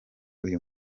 uyu